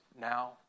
now